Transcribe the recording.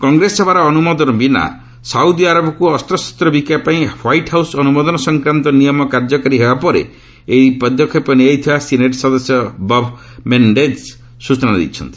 କଂଗ୍ରେସ ସଭାର ଅନ୍ଦ୍ରମୋଦନ ବିନା ସାଉଦୀ ଆରବକୁ ଅସ୍ତ୍ରଶସ୍ତ ବିକିବା ପାଇଁ ହ୍ୱାଇଟ୍ ହାଉସ୍ ଅନ୍ତମୋଦନ ସଂକ୍ରାନ୍ତ ନିୟମ କାର୍ଯ୍ୟକାରୀ ହେବା ପରେ ଏହି ପଦକ୍ଷେପ ନିଆଯାଇଥିବା ସିନେଟ୍ ସଦସ୍ୟ ବବ୍ ମେନେଶେଜ୍ ସ୍କଚନା ଦେଇଛନ୍ତି